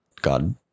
God